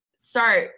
start